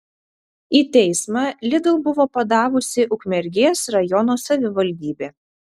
į teismą lidl buvo padavusi ukmergės rajono savivaldybė